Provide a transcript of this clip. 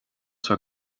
bhúr